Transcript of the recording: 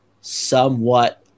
somewhat